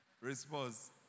Response